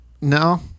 no